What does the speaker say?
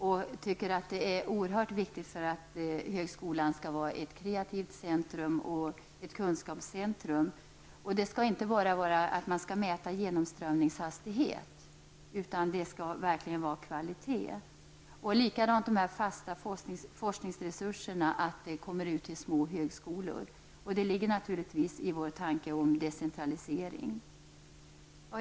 Jag tycker det är oerhört viktigt för att högskolan skall vara ett kreativt centrum och ett kunskapscentrum. Man skall inte bara mäta genomströmningshastighet. Det skall verkligen vara kvalitet. Det är också viktigt att dessa fasta forskningsresurser kommer ut till små högskolor. Det ligger naturligtvis i vår tanke om decentralisering.